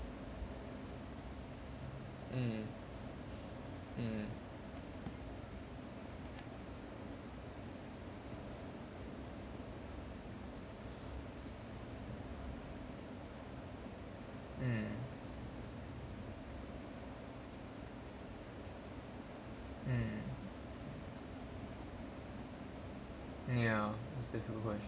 mm mm mm mm ya it's difficult question